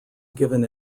given